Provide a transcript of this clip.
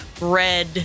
red